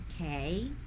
Okay